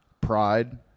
pride